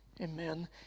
Amen